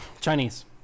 Chinese